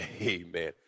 Amen